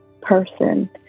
person